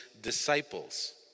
disciples